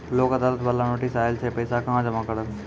लोक अदालत बाला नोटिस आयल छै पैसा कहां जमा करबऽ?